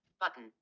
button